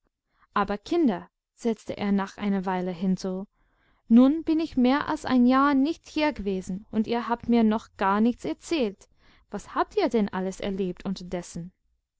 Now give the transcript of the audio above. aber kinder setzte er nach einer weile hinzu nun bin ich mehr als ein jahr nicht hier gewesen und ihr habt mir noch gar nichts erzählt was habt ihr denn alles erlebt unterdessen